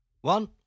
One